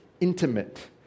intimate